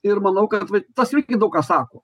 ir manau kad va tas vaikinukas sako